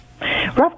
Rough